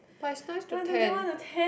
but it's nice to tan